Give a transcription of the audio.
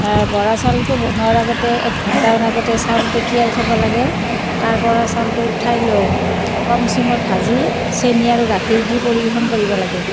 বৰা চাউলটো বনোৱাৰ আগতে এক ঘণ্টামান আগতে চাউলটো তিয়াই থব লাগে তাৰ পৰা চাউলটো উঠাই লৈ কম চিমত ভাজি চেনি আৰু গাখীৰ দি পৰিৱেশন কৰিব লাগে